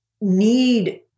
need